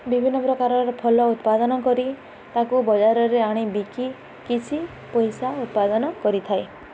ବିଭିନ୍ନ ପ୍ରକାରର ଫଳ ଉତ୍ପାଦନ କରି ତାକୁ ବଜାରରେ ଆଣି ବିକି କିଛି ପଇସା ଉତ୍ପାଦନ କରିଥାଏ